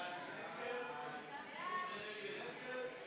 חוק-יסוד: הכנסת (תיקון מס' 46), נתקבל.